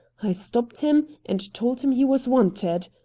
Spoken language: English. i stopped him, and told him he was wanted.